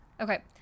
Okay